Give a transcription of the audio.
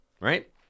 right